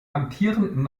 amtierenden